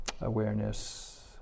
awareness